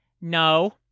No